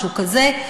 משהו כזה,